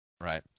right